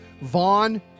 Vaughn